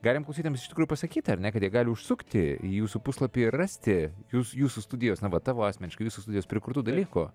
galim klausytojams iš tikrųjų pasakyt ar ne kad jie gali užsukti į jūsų puslapį ir rasti jūs jūsų studijos na va tavo asmeniškai jūsų studijos prikurtų dalykų